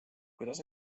kuidas